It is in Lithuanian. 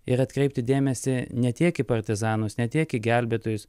ir atkreipti dėmesį ne tiek į partizanus ne tiek į gelbėtojus